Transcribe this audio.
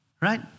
Right